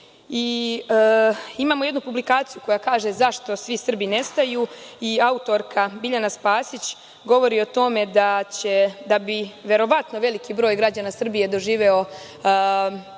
jednu publikaciju koja kaže – zašto svi Srbi nestaju i autorka Biljana Spasić govori o tome da bi verovatno veliki broj građana Srbije doživeo sudbinu